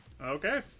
Okay